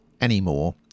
anymore